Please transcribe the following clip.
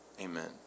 Amen